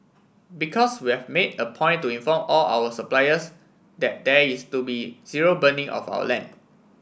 because we've made a point to inform all our suppliers that there is to be zero burning of our land